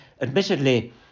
Admittedly